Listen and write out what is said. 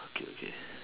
okay okay